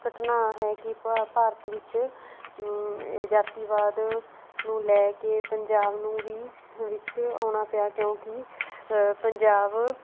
ਘਟਨਾ ਹੈ ਕਿ ਭਾ ਭਾਰਤ ਵਿੱਚ ਜਾਤੀਵਾਦ ਨੂੰ ਲੈ ਕੇ ਪੰਜਾਬ ਨੂੰ ਵੀ ਵਿੱਚ ਆਉਣਾ ਪਿਆ ਕਿਉਂਕਿ ਪੰਜਾਬ